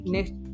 Next